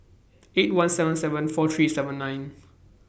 eight one seven seven four three seven nine